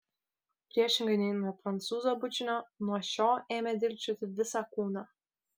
priešingai nei nuo prancūzo bučinio nuo šio ėmė dilgčioti visą kūną